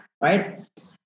right